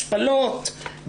השפלות,